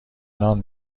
نان